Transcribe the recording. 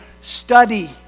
study